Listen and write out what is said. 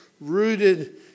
rooted